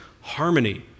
harmony